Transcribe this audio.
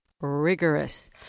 rigorous